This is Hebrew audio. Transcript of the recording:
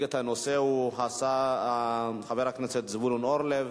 את הנושא הוא חבר הכנסת זבולון אורלב.